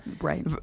Right